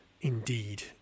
indeed